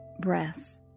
breaths